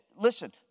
Listen